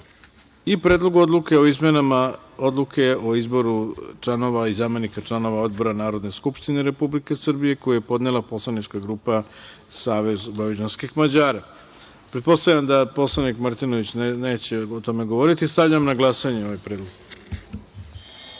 Predlogu odluke o izmenama Odluke o izboru članova i zamenika članova odbora Narodne skupštine Republike Srbije, koji je podnela Poslanička grupa Savez vojvođanskih Mađara. Pretpostavljam da poslanik Martinović neće o tome govoriti. Stavljam na glasanje ovaj